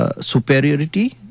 Superiority